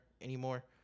anymore